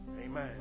Amen